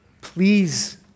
Please